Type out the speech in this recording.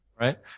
right